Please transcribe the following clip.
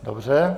Dobře.